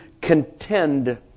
contend